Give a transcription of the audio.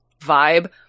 vibe